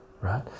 right